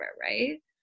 right